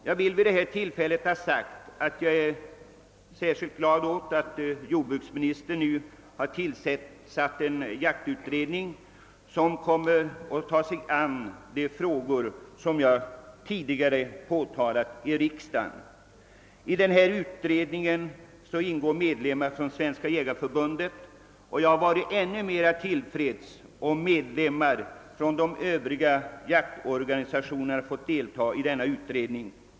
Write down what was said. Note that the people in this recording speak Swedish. Jag vill vid detta tillfälle ha sagt, att jag är särskilt glad åt att jordbruksministern nu har tillsatt en jaktutredning som kommer ait ta sig an de frågor som jag tidigare påtalat i riksdagen. I utredningen ingår medlemmar från Svenska jägareförbundet, men jag skulle ha varit ännu mera till freds, om även medlemmar från de övriga jaktorganisationerna fått delta i denna utredning.